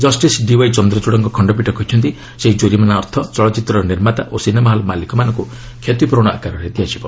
justice D Y ଚନ୍ଦ୍ରଚୃଡ୍ଙ୍କ ଖଣ୍ଡପୀଠ କହିଛନ୍ତି ସେହି କରିମାନା ଅର୍ଥ ଚଳଚ୍ଚିତ୍ରର ନିର୍ମାତା ଓ ସିନେମାହଲ୍ ମାଲିକମାନଙ୍କୁ କ୍ଷତିପୂରଣ ଆକରରେ ଦିଆଯିବ